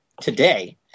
today